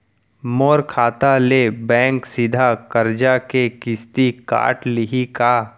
मोर खाता ले बैंक सीधा करजा के किस्ती काट लिही का?